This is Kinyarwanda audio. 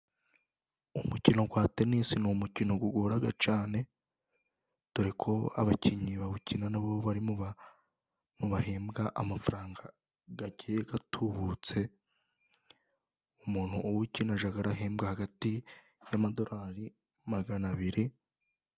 Umukino wa tenisi ni umukino ugora cyane dore ko abakinnyi bawukina nabo bari mu bahembwa amafaranga agiye atubutse umuntu uwukina ajya ahembwa hagati y'amadolari magana abiri.